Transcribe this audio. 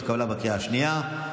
התקבלה בקריאה השנייה.